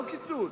לא קיצוץ.